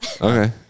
Okay